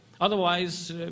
otherwise